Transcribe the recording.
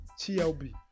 TLB